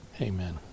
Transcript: Amen